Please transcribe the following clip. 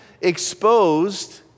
exposed